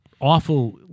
awful